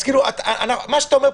מה שאתה אומר,